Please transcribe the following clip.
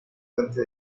puente